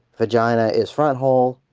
vagina is! front hole!